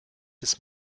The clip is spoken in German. des